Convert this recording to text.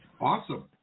Awesome